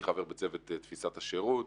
אני חבר בצוות תפיסת השירות.